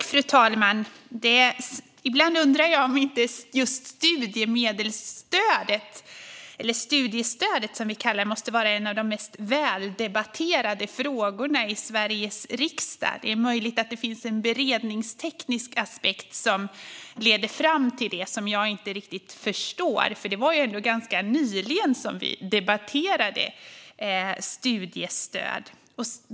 Fru talman! Ibland undrar jag om inte just studiestödet måste vara en av de mest väldebatterade frågorna i Sveriges riksdag. Det är möjligt att det finns en beredningsteknisk aspekt som leder fram till det och som jag inte riktigt förstår. Det var ju ändå ganska nyligen som vi debatterade studiestöd.